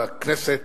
והכנסת